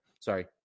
Sorry